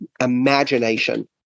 imagination